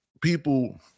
people